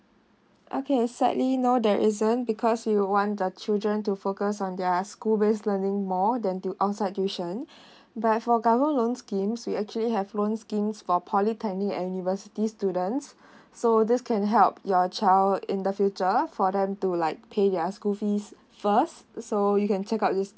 okay sadly no there isn't because we would want the children to focus on their school base learning more than to outside tuition but for government loan schemes we actually have loan schemes for polytechnic and university students so this can help your child in the future for them to like pay their school fees first so you can check out this